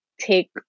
take